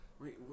Wait